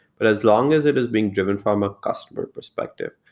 but as long as it is being driven from a customer perspective,